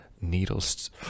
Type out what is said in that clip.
needles